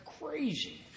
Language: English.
crazy